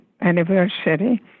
anniversary